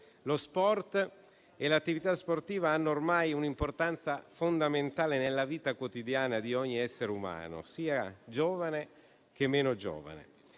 Lo sport e l'attività sportiva hanno assunto un'importanza fondamentale nella vita quotidiana di ogni essere umano, giovane e meno giovane.